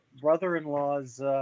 brother-in-law's